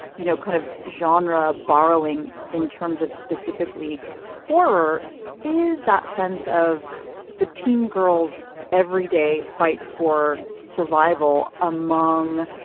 you know, kind of genre borrowing in terms of specifically horror is that sense of the teen girls every day fight for survival among.